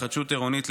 התחדשות עירונית,